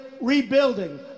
rebuilding